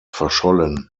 verschollen